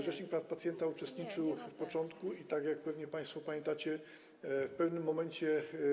Rzecznik praw pacjenta uczestniczył w pracach od początku i, tak jak pewnie państwo pamiętacie, w pewnym momencie.